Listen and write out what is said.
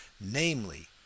namely